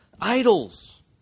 idols